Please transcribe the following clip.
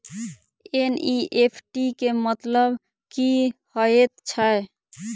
NEFT केँ मतलब की हएत छै?